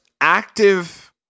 active